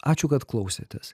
ačiū kad klausėtės